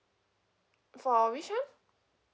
for which one